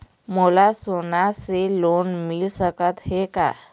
मोला सोना से लोन मिल सकत हे का?